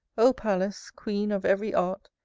o pallas! queen of ev'ry art,